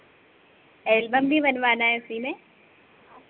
album भी बनवाना है उसी में